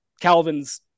Calvin's